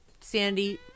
Sandy